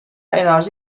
enerji